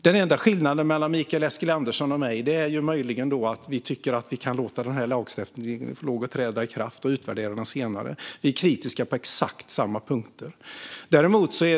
Den enda skillnaden mellan Mikael Eskilandersson och mig är möjligen att jag tycker att vi kan låta denna lagstiftning träda i kraft och utvärdera den senare. Vi är kritiska på exakt samma punkter.